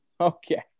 Okay